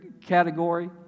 category